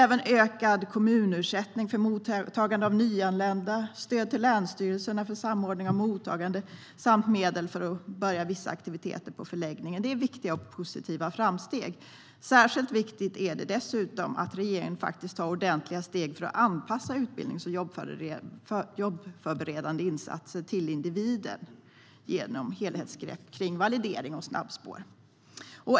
Även ökad kommunersättning för mottagande av nyanlända, stöd till länsstyrelserna för samordning av mottagande samt medel för att börja vissa aktiviteter på förläggningen är viktiga och positiva framsteg. Särskilt viktigt är det att regeringen faktiskt tar ordentliga steg för att anpassa utbildningsinsatser och jobbförberedande insatser till individen genom helhetsgrepp kring validering och snabbspår.